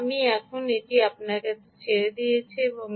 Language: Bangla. সুতরাং আমি এখন এটি আপনার কাছে ছেড়ে দিয়েছি